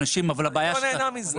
הוא לא נהנה מזה.